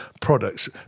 products